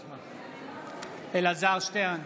בעד אלעזר שטרן,